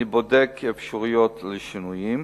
אני בודק אפשרויות לשינויים.